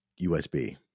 USB